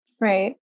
right